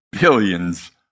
billions